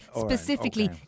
specifically